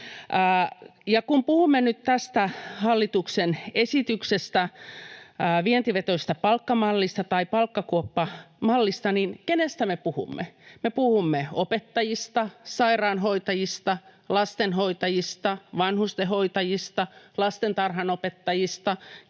Kun puhumme nyt tästä hallituksen esityksestä vientivetoisesta palkkamallista tai palkkakuoppamallista, niin kenestä me puhumme? Me puhumme opettajista, sairaanhoitajista, lastenhoitajista, vanhustenhoitajista, lastentarhanopettajista,